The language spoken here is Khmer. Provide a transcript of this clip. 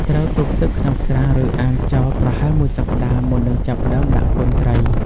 ត្រូវទុកទឹកក្នុងស្រះ ឬអាងចោលប្រហែលមួយសប្តាហ៍ មុននឹងចាប់ផ្តើមដាក់កូនត្រី។